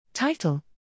Title